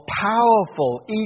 powerful